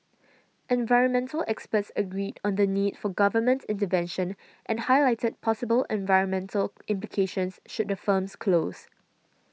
environmental experts agreed on the need for government intervention and highlighted possible environmental implications should the firms close